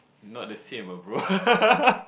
not the same ah bro